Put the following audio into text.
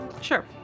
Sure